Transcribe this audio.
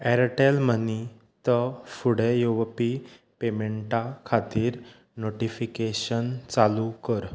Airtel मनीत फुडें येवपी पेमेंटा खातीर नोटिफिकेशन चालू कर